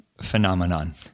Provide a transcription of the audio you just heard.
phenomenon